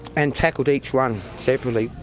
and tackled each one separately.